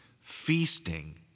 feasting